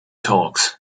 talks